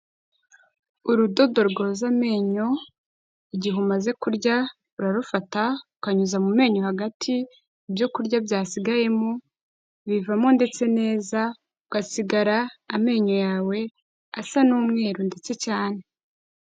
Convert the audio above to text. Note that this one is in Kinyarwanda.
Urudodo rwoza amenyo igihe umaze kurya urarufata ukarunyuza mu menyo hagati, ibyo kurya byasigayemo bivamo ndetse neza ugasigara amenyo yawe asa n'umweru ndetse cyane.